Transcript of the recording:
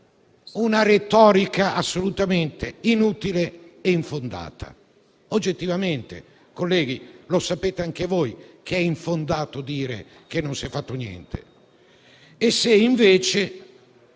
una retorica assolutamente inutile e infondata. Oggettivamente, colleghi, sapete anche voi che è infondato dire che non si è fatto niente. Al contrario,